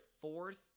fourth